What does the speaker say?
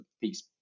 Peace